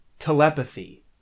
telepathy